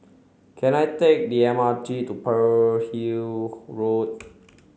can I take the M R T to Pearl Hill Road